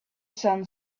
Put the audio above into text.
son